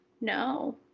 No